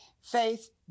faith